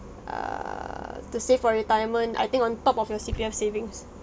err to save for retirement I think on top of your C_P_F savings